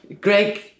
Greg